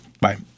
Bye